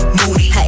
Moody